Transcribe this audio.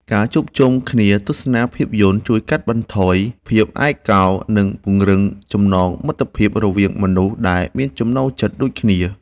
ការជួបជុំគ្នាទស្សនាភាពយន្ត ជួយកាត់បន្ថយភាពឯកោ និងពង្រឹងចំណងមិត្តភាពរវាងមនុស្សដែលមានចំណូលចិត្តដូចគ្នា។